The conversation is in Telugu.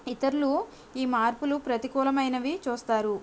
ఇతరులు ఈ మార్పులు ప్రతికూలమైనవి చూస్తారు